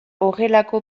horrelako